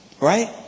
right